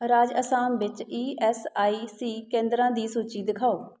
ਰਾਜ ਅਸਾਮ ਵਿੱਚ E S I C ਕੇਂਦਰਾਂ ਦੀ ਸੂਚੀ ਦਿਖਾਓ